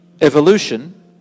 evolution